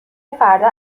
فردا